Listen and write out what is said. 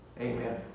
Amen